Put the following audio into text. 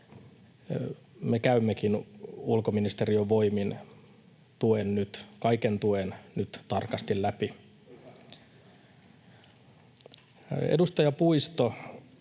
Me käymmekin ulkoministeriön voimin kaiken tuen nyt tarkasti läpi.